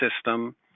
system